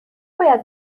باید